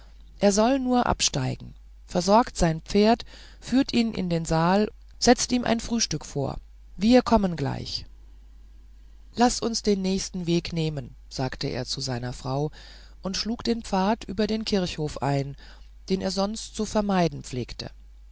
er soll nur absteigen versorgt sein pferd führt ihn in den saal setzt ihm ein frühstück vor wir kommen gleich laß uns den nächsten weg nehmen sagte er zu seiner frau und schlug den pfad über den kirchhof ein den er sonst zu vermeiden pflegte